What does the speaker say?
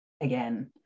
again